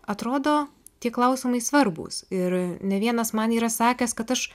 atrodo tie klausimai svarbūs ir ne vienas man yra sakęs kad aš